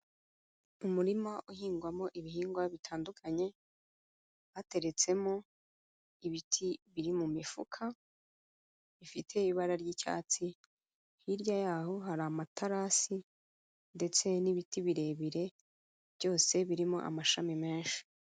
Umurima uhingwamo ibihingwa bitandukanye, hateretsemo ibiti biri mu mifuka bifite ibara ry'icyatsi, hirya yaho hari amatarasi ndetse n'ibiti birebire byose birimo amashami menshi.